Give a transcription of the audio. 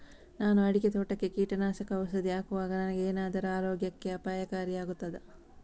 ನಾನು ಅಡಿಕೆ ತೋಟಕ್ಕೆ ಕೀಟನಾಶಕ ಔಷಧಿ ಹಾಕುವಾಗ ನನಗೆ ಏನಾದರೂ ಆರೋಗ್ಯಕ್ಕೆ ಅಪಾಯಕಾರಿ ಆಗುತ್ತದಾ?